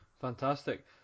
fantastic